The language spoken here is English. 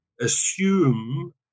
assume